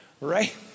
right